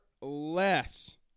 less